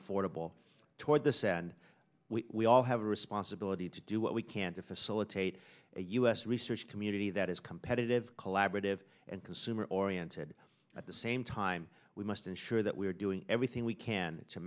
affordable toward this and we all have a responsibility to do what we can to facilitate a us research community that is competitive collaborative and consumer oriented at the same time we must ensure that we are doing everything we can to